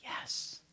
Yes